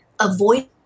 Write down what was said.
avoid